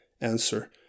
answer